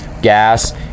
Gas